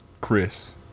Chris